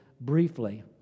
briefly